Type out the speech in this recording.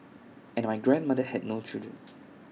and my grandmother had no children